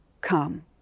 come